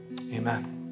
Amen